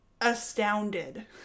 astounded